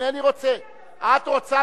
נקצר את הזמן,